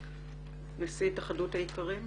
נשיא התאחדות האיכרים.